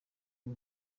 bwo